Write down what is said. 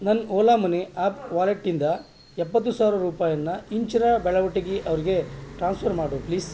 ನನ್ನ Ola money app ವ್ಯಾಲೆಟಿಂದ ಎಪ್ಪತ್ತು ಸಾವಿರ ರೂಪಾಯನ್ನು ಇಂಚರ ಬೆಳವಟಗಿ ಅವರಿಗೆ ಟ್ರಾನ್ಸ್ಫರ್ ಮಾಡು ಪ್ಲೀಸ್